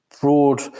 broad –